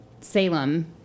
Salem